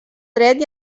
dret